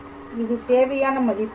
இது தேவையான மதிப்பாகும்